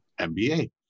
MBA